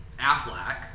AfLAC